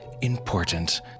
important